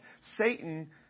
Satan